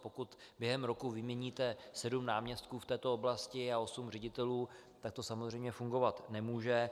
Pokud během roku vyměníte sedm náměstků v této oblasti a osm ředitelů, tak to samozřejmě fungovat nemůže.